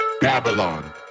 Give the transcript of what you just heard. Babylon